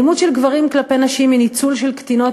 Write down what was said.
אלימות של גברים כלפי נשים היא ניצול של קטינות